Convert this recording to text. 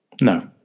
No